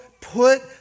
put